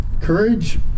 courage